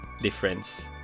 difference